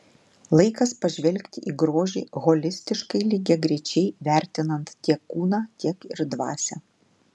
laikas pažvelgti į grožį holistiškai lygiagrečiai vertinant tiek kūną tiek ir dvasią